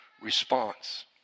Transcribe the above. response